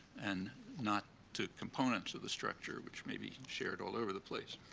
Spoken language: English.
and not to components of the structure, which may be shared all over the place.